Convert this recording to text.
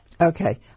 Okay